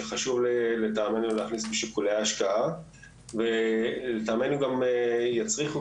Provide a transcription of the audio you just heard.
שחשוב לטעמנו להכניס בשיקולי ההשקעה ולטעמנו גם יצריכו,